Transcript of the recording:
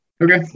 Okay